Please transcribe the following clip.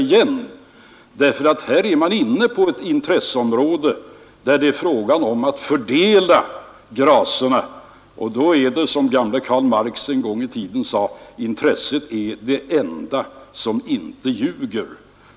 Det är nämligen fråga om att fördela gracerna inom ett intresseområde, och därvidlag gäller det som gamle Karl Marx en gång i tiden sade: Intresset är det enda som inte ljuger.